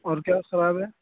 اور کیا خراب ہے